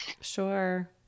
Sure